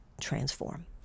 transform